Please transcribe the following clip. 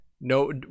No